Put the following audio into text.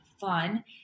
fun